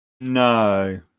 No